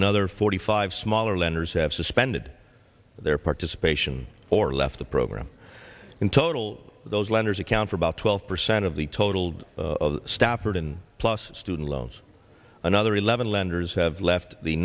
another forty five smaller lenders have suspended their participation or left the program in total those lenders account for about twelve percent of the totalled stafford and plus student loans another eleven lenders have left the